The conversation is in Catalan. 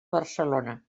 barcelona